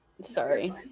Sorry